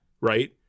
right